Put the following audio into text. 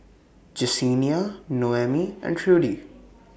Jessenia Noemi and Trudy